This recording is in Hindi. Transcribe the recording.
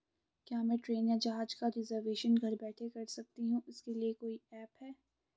क्या मैं ट्रेन या जहाज़ का रिजर्वेशन घर बैठे कर सकती हूँ इसके लिए कोई ऐप है?